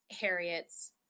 harriet's